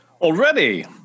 Already